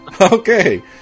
Okay